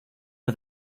are